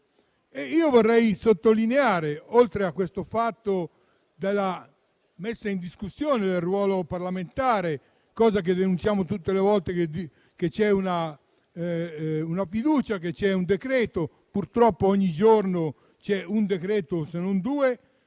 Vorrei sottolineare, oltre alla messa in discussione del ruolo parlamentare - cosa che denunciamo tutte le volte che c'è una fiducia e c'è un decreto, e purtroppo ogni giorno c'è un decreto, se non due